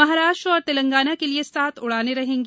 महाराष्ट्र और तेलंगाना के लिए सात उड़ानें रहेंगी